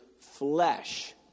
flesh